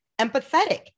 empathetic